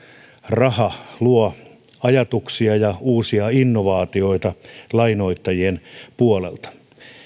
raha luo ajatuksia ja uusia innovaatioita lainoittajien puolelta